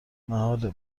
محاله